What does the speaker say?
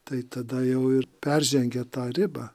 tai tada jau ir peržengia tą ribą